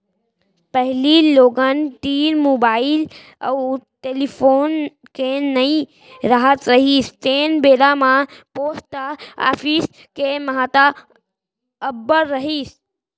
पहिली लोगन तीर मुबाइल अउ टेलीफोन के नइ राहत रिहिस तेन बेरा म पोस्ट ऑफिस के महत्ता अब्बड़ रिहिस